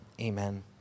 Amen